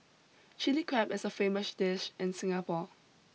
Chilli Crab is a famous dish in Singapore